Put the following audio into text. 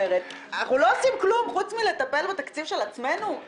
אנחנו לא עושים כלום חוץ מלטפל בתקציב של עצמנו?